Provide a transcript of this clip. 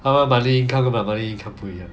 他们 monthly income 跟我们的 monthly income 不一样